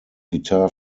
guitar